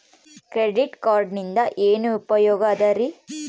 Credit ಕಾರ್ಡಿನಿಂದ ಏನು ಉಪಯೋಗದರಿ?